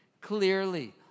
clearly